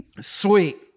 sweet